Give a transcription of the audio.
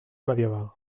medieval